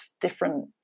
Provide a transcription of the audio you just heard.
different